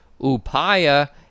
upaya